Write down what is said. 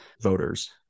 voters